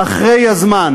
הזמן.